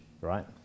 right